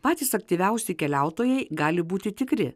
patys aktyviausi keliautojai gali būti tikri